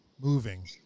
moving